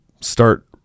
start